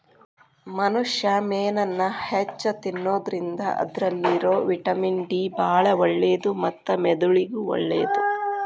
ಮನುಷ್ಯಾ ಮೇನನ್ನ ಹೆಚ್ಚ್ ತಿನ್ನೋದ್ರಿಂದ ಅದ್ರಲ್ಲಿರೋ ವಿಟಮಿನ್ ಡಿ ಬಾಳ ಒಳ್ಳೇದು ಮತ್ತ ಮೆದುಳಿಗೂ ಒಳ್ಳೇದು